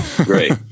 Great